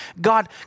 God